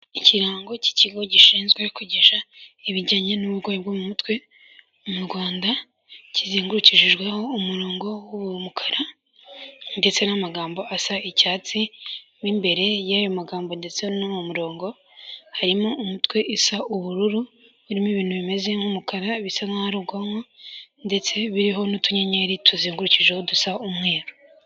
Ikirango cy'ikigo gishinzwe kugisha ibijyanye n'uburwayi bw mu'umutwe mu Rwanda kizengurukishijweho umurongo w'uwo mukara ndetse n'amagambo asa icyatsi b'imbere y'ayo magambo ndetse no mu murongo harimo umutwe isa ubururu urimo ibintu bimeze nk'umukara bisa nkaho ubwonko ndetse biriho n'utunnyeri tuzengukijeho dusa umweru.